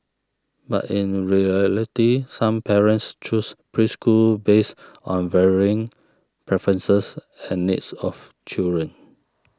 but in reality some parents choose preschools based on varying preferences and needs of children